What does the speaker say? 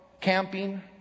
camping